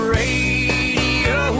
radio